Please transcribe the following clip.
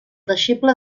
deixeble